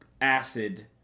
acid